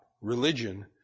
Religion